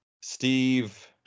Steve